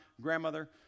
grandmother